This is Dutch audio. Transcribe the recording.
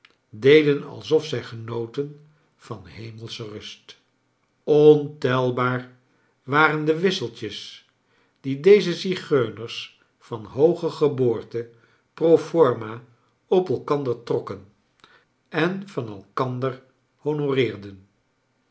deden alsof zij genoten van hemelsche rust ontelbaar waren de wisseltjes die deze zigeuners van hooge geboorte pro forma op elkander trokken en van elkander